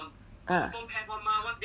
ah